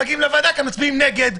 אני חייב להגיד לך.